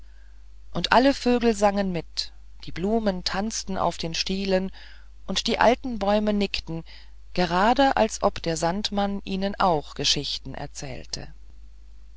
und alle vögel sangen mit die blumen tanzten auf den stielen und die alten bäume nickten gerade als ob der sandmann ihnen auch geschichten erzählte